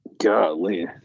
Golly